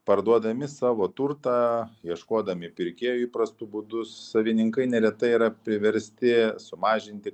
parduodami savo turtą ieškodami pirkėjų įprastu būdu savininkai neretai yra priversti sumažinti